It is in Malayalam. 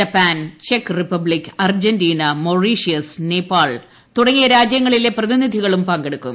ജപ്പാൻ ചെക്ക് റിപ്പബ്ലിക് അർജന്റീന മൌറീഷ്യസ് നേപ്പാൾ തുടങ്ങിയ രാജ്യങ്ങളിലെ പ്രതിനിധികളും പങ്കെടുക്കും